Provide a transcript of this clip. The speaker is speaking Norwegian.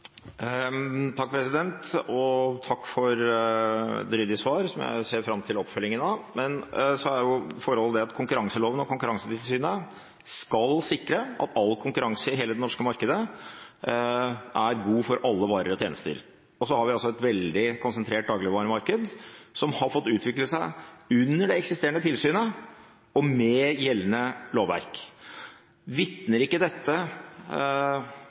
Takk for et ryddig svar, som jeg ser fram til oppfølgingen av. Forholdet er at konkurranseloven og Konkurransetilsynet skal sikre at all konkurranse i hele det norske markedet er god for alle varer og tjenester. Vi har et veldig konsentrert dagligvaremarked, som har fått utvikle seg under det eksisterende tilsynet og med gjeldende lovverk. Synes ikke statsråden dette